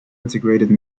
integrated